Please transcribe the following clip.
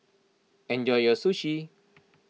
enjoy your Sushi